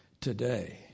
today